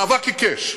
מאבק עיקש,